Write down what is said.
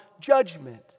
judgment